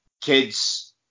kids